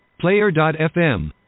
Player.fm